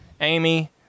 Amy